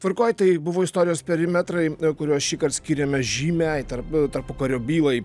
tvarkoj tai buvo istorijos perimetrai kuriuos šįkart skyrėme žymiai tarp tarpukario bylai